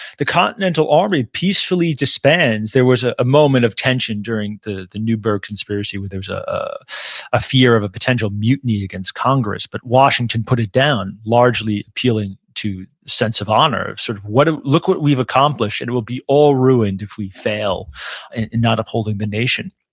the continental army peacefully disbands. there was a a moment of tension during the the newburgh conspiracy where there was a ah a fear of a potential mutiny against congress, but washington put it down, largely appealing to sense of honor, of, sort of ah look what we've accomplished. and it will be all ruined if we fail in not upholding the nation.